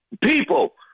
People